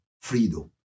freedom